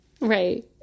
Right